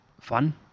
fun